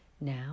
Now